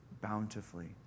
bountifully